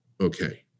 okay